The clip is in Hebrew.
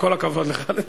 כל הכבוד לך.